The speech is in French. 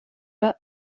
pas